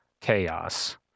chaos